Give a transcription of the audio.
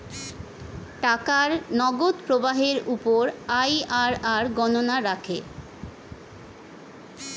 টাকার নগদ প্রবাহের উপর আইআরআর গণনা রাখে